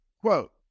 Quote